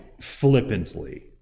flippantly